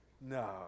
No